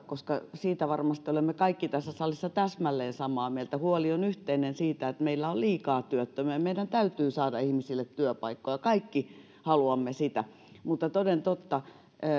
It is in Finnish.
koska siitä varmasti olemme kaikki tässä salissa täsmälleen samaa mieltä huoli on yhteinen siitä että meillä on liikaa työttömiä meidän täytyy saada ihmisille työpaikkoja ja kaikki haluamme sitä mutta toden totta